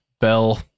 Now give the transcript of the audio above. bell